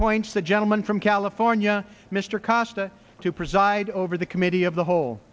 appoints the gentleman from california mr costin to preside over the committee of the whole